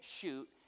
shoot